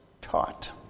taught